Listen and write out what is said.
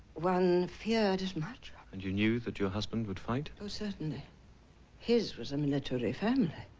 one feared as much ah and you knew that your husband would fight? oh certainly his was a military family.